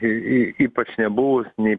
y y ypač nebuvus nei